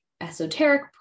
esoteric